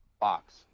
box